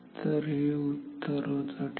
तर हे उत्तर होतं ठीक आहे